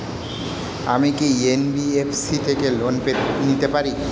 আমি কি এন.বি.এফ.সি থেকে লোন নিতে পারি?